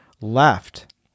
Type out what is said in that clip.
left